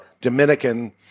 Dominican